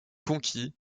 conquis